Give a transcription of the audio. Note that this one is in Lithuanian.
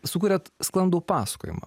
sukuriat sklandų pasakojimą